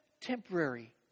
temporary